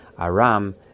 Aram